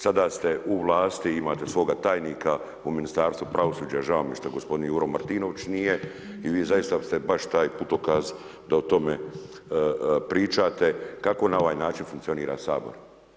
Sada ste u vlasti, imate svoga tajnika u Ministarstvu pravosuđa, žao mi je što gospodin Juro Maritnović nije i vi ste zaista baš taj putokaz da o tome pričate kako na ovaj način funkcionira Sabor.